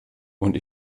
und